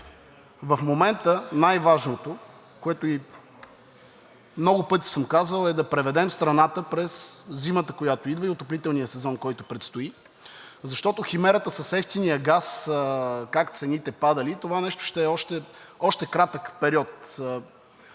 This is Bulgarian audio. в момента най-важното, което и много пъти съм казвал, е да преведем страната през зимата, която идва, и отоплителния сезон, който предстои, защото химерата с евтиния газ, как цените падали, това нещо ще е още кратък период.